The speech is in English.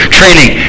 training